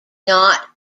not